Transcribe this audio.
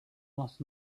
last